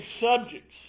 subjects